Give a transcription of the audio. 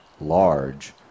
large